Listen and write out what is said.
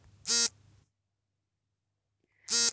Debit card ಗಳ ಹೊಣೆಗಾರಿಕೆಗಳೇನು?